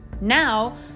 Now